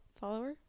Follower